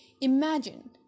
imagine